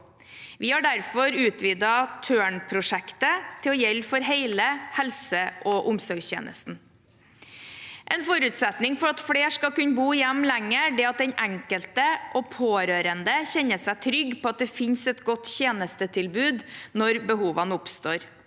Vi har derfor utvidet Tørn-prosjektet til å gjelde for hele helse- og omsorgstjenesten. – En forutsetning for at flere skal kunne bo hjemme lenger, er at den enkelte og pårørende kjenner seg trygg på at det finnes et godt tjenestetilbud når behovene oppstår.